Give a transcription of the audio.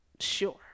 Sure